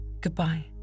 Goodbye